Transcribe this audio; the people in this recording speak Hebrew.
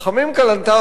רחמים כלנתר,